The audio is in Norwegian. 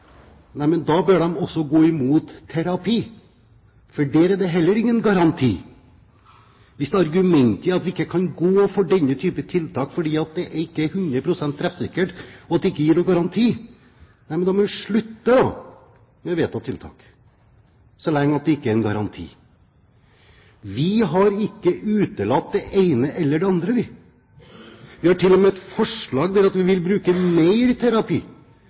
at vi ikke kan gå for denne type tiltak fordi det ikke er 100 pst. treffsikkert og det ikke gir noen garanti, da må vi slutte med å vedta tiltak, så lenge det ikke er en garanti. Vi har ikke utelatt verken det ene eller det andre. Vi har til og med et forslag om at vi vil bruke mer terapi.